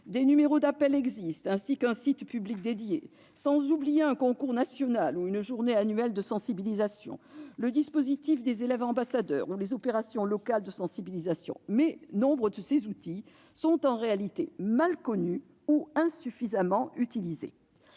Des numéros d'appel, ainsi qu'un site public dédié existent, sans oublier un concours national et une journée annuelle de sensibilisation, le dispositif des « élèves ambassadeurs » ou les opérations locales de sensibilisation. Mais, en réalité, nombre de ces outils sont mal connus ou insuffisamment utilisés.